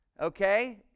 Okay